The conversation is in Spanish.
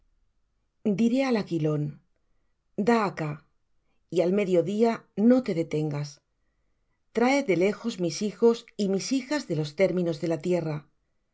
al aquilón da acá y al mediodía no detengas trae de lejos mis hijos y mis hijas de los términos de la tierra